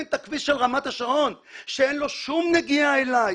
את הכביש של רמת השרון שאין לו שום נגיעה אליי?